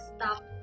stop